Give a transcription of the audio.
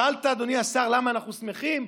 שאלת, אדוני השר, למה אנחנו שמחים?